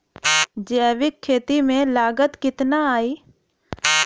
जैविक खेती में लागत कितना आई?